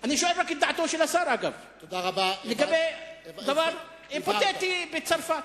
אני שואל רק את דעתו של השר לגבי דבר היפותטי בצרפת.